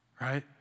right